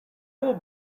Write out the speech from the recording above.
will